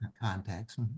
context